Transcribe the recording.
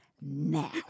now